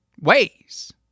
ways